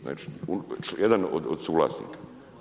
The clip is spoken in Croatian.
Znači, jedan od suvlasnika.